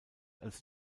als